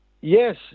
Yes